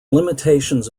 limitations